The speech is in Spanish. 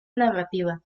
narrativa